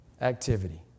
activity